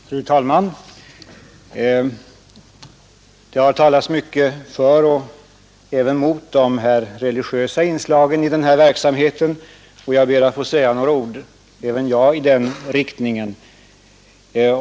Fru talman! Det har talats mycket för och även mot de religiösa inslagen i den här verksamheten, och även jag ber att få säga några ord om detta.